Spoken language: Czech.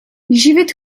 živit